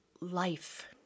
life